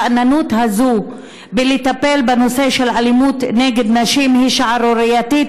השאננות הזו בטיפול בנושא של אלימות נגד נשים היא כבר שערורייתית,